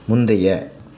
முந்தைய